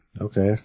Okay